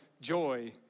joy